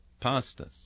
pastors